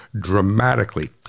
dramatically